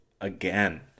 again